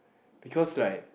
because like